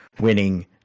winning